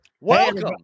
Welcome